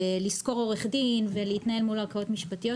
בלשכור עורך דין ולהתנהל מול ערכאות משפטיות,